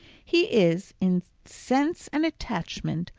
he is, in sense and attachment,